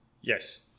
Yes